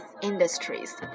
industries